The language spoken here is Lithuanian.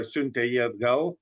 išsiuntė jį atgal